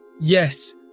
Yes